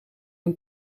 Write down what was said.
een